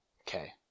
Okay